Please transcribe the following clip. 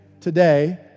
today